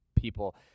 people